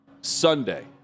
Sunday